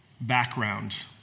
background